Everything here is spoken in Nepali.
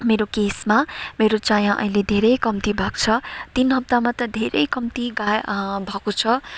मेरो केसमा मेरो चायाँ अहिले धेरै कम्ती भएको छ तिन हप्तामा त धेरै कम्ती गाय् भएको छ